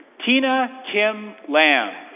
tina kim lamb.